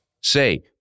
say